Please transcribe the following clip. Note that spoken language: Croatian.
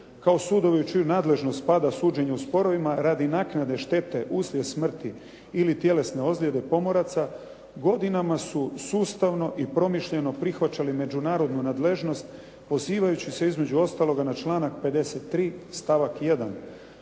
kao sudovi u čiju nadležnost spada suđenje u sporovima radi naknade štete uslijed smrti ili tjelesne ozljede pomoraca godinama su sustavno i promišljeno prihvaćali međunarodnu nadležnost pozivajući se, između ostaloga na članak 53. stavak 1.